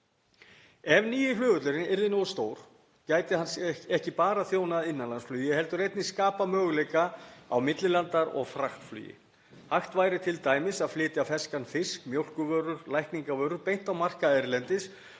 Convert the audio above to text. Ef nýi flugvöllurinn yrði nógu stór gæti hann ekki bara þjónað innanlandsflugi heldur einnig skapað möguleika á millilanda- og fraktflugi. Hægt væri t.d. að flytja ferskan fisk, mjólkurvörur og lækningavörur beint á markað erlendis